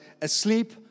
asleep